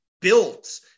built